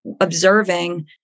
observing